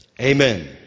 Amen